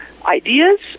ideas